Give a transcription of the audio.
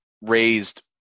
raised